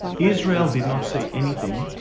israel did not say anything.